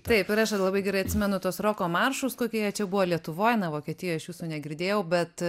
taip ir aš ir labai gerai atsimenu tuos roko maršus kokie jie čia buvo lietuvoj na vokietijoj aš jūsų negirdėjau bet